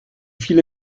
viele